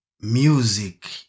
music